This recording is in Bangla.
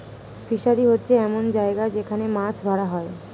ফিশারি হচ্ছে এমন জায়গা যেখান মাছ ধরা হয়